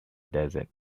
desert